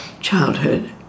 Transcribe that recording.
childhood